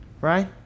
right